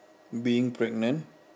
being pregnant